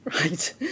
Right